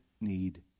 need